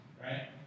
right